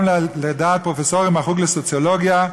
גם לדעת פרופסורים מהחוג לסוציולוגיה,